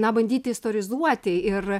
na bandyti istorizuoti ir